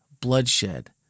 bloodshed